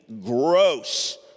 gross